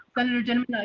senator dinniman ah